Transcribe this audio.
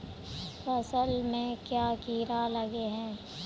फसल में क्याँ कीड़ा लागे है?